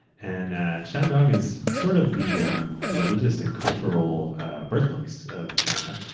and ah shandong is sort of the um religious and cultural birthplace of china.